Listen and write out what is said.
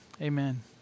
Amen